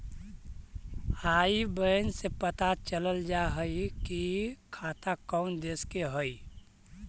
आई बैन से पता चल जा हई कि खाता कउन देश के हई